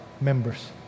members